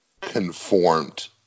conformed